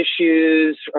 issues